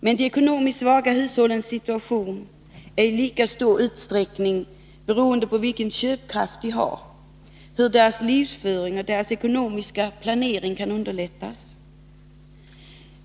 Men de ekonomiskt svaga hushållens situation är i stor utsträckning också beroende av vilken köpkraft de har och av hur deras livsföring och ekonomiska planering kan underlättas.